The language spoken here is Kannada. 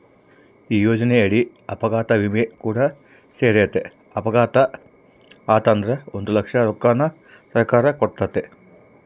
ಈ ಯೋಜನೆಯಡಿ ಅಪಘಾತ ವಿಮೆ ಕೂಡ ಸೇರೆತೆ, ಅಪಘಾತೆ ಆತಂದ್ರ ಒಂದು ಲಕ್ಷ ರೊಕ್ಕನ ಸರ್ಕಾರ ಕೊಡ್ತತೆ